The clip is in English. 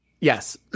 Yes